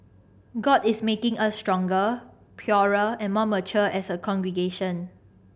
god is making us stronger purer and more mature as a congregation